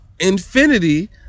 Infinity